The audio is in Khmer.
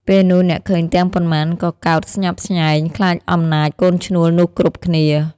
ពេលនោះ អ្នកឃើញទាំងប៉ុន្មានក៏កោតស្ញប់ស្ញែង ខ្លាចអំណាចកូនឈ្នួលនោះគ្រប់គ្នា ។